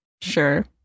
Sure